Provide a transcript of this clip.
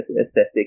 aesthetic